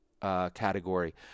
Category